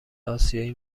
آسیایی